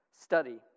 study